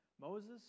Moses